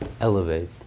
elevate